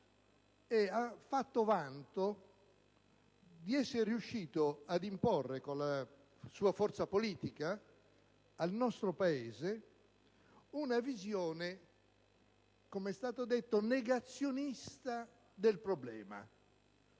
- ha fatto vanto di essere riuscito a imporre con la sua forza politica al nostro Paese una visione, com'è stato detto, negazionista del problema.